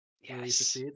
Yes